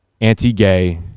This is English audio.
anti-gay